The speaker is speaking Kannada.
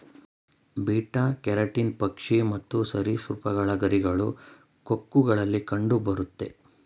ಬೀಟಾ ಕೆರಟಿನ್ ಪಕ್ಷಿ ಮತ್ತು ಸರಿಸೃಪಗಳ ಗರಿಗಳು, ಕೊಕ್ಕುಗಳಲ್ಲಿ ಕಂಡುಬರುತ್ತೆ